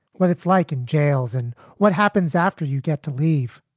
what it's like in jails and what happens after you get to leave.